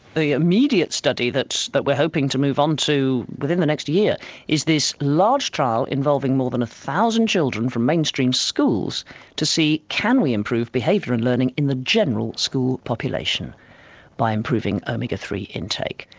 the immediate study that that we are hoping to move um into within the next year is this large trial involving more than a thousand children from mainstream schools to see can we improve behaviour and learning in the general school population by improving omega three intake.